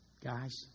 guys